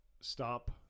stop